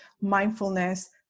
mindfulness